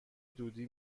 دودی